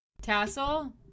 Tassel